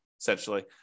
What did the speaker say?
essentially